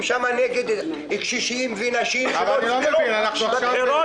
נגד קשישים ונשים שלא הצביעו בבחירות,